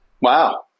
Wow